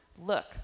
Look